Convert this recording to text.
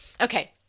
Okay